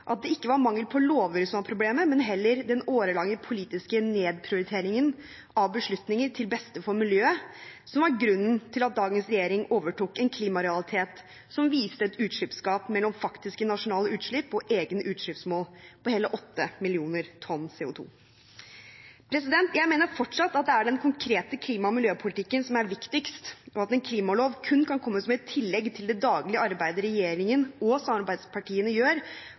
at det ikke var mangel på lover som var problemet, men heller den årelange politiske nedprioriteringen av beslutninger til beste for miljøet som var grunnen til at dagens regjering overtok en klimarealitet som viste et utslippsgap mellom faktiske nasjonale utslipp og egne utslippsmål på hele 8 millioner tonn CO2. Jeg mener fortsatt at det er den konkrete klima- og miljøpolitikken som er viktigst, og at en klimalov kun kan komme som et tillegg til det daglige arbeidet regjeringen og samarbeidspartiene gjør